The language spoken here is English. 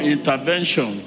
Intervention